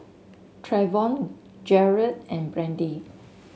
Travon Garret and Randy